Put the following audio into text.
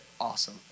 awesome